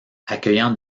accueillant